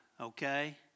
okay